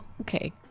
okay